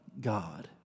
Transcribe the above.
God